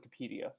Wikipedia